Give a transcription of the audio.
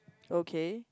okay